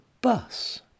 bus